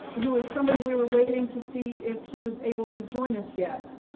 who is somebody we were waiting to see if he was able to join us yet.